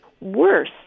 worse